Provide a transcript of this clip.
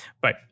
Bye